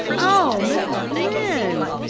oh, mrs. lynde!